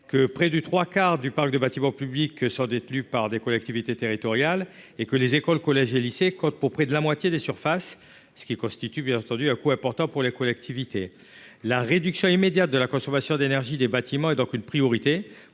que près du trois quart du parc de bâtiments publics sont détenus par des collectivités territoriales et que les écoles, collèges et lycées comptent pour près de la moitié des surfaces, ce qui constitue bien entendu un coût important pour les collectivités, la réduction immédiate de la consommation d'énergie des bâtiments et donc une priorité